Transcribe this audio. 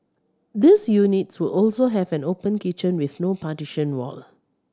these units will also have an open kitchen with no partition wall